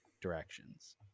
directions